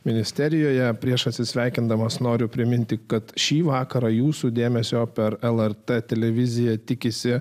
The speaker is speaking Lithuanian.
ministerijoje prieš atsisveikindamas noriu priminti kad šį vakarą jūsų dėmesio per lrt televiziją tikisi